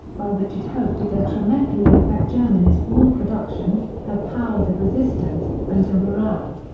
by which it hoped to detrimentally affect germany's war production, her powers of resistance, and her morale.